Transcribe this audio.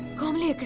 komali!